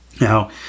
Now